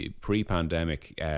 pre-pandemic